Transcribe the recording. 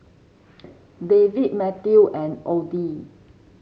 David Mathew and Audy